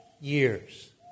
years